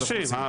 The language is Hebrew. מהאנשים.